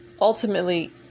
ultimately